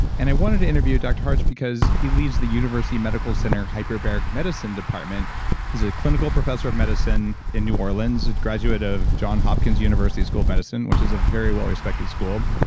and i wanted to interview dr. harch because he leads the university medical center hyperbaric medicine department he's a clinical professor of medicine in new orleans, a graduate of john hopkins university school of medicine, which is a very well respected school.